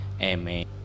Amen